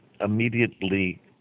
immediately